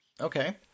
Okay